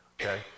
okay